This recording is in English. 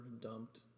dumped